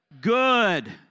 good